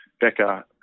Becca